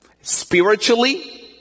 spiritually